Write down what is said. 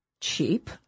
cheap